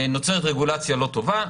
נוצרת רגולציה לא טובה,